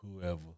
Whoever